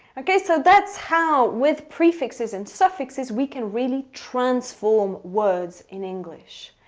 okay, so that's how with prefixes and suffixes we can really transform words in english.